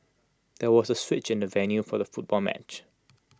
there was A switch in the venue for the football match